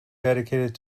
dedicated